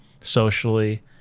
socially